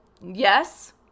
yes